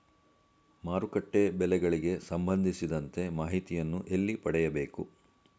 ಮಾರುಕಟ್ಟೆ ಬೆಲೆಗಳಿಗೆ ಸಂಬಂಧಿಸಿದಂತೆ ಮಾಹಿತಿಯನ್ನು ಎಲ್ಲಿ ಪಡೆಯಬೇಕು?